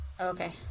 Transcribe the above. Okay